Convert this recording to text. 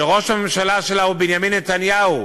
שראש הממשלה שלה הוא בנימין נתניהו,